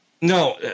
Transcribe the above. no